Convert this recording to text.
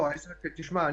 תשמע,